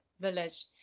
village